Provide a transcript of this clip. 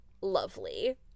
Lovely